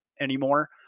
anymore